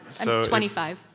so twenty five.